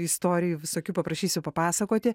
istorijų visokių paprašysiu papasakoti